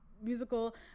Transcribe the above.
Musical